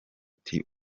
ati